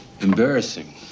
Embarrassing